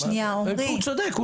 הוא צודק.